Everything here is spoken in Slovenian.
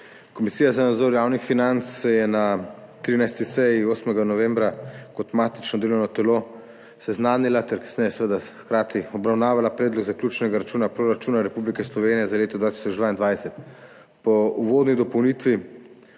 Komisija za nadzor javnih financ se je na 13. seji 8. novembra kot matično delovno telo seznanila ter kasneje seveda hkrati obravnavala Predlog zaključnega računa proračuna Republike Slovenije za leto 2022. Po uvodni dopolnilni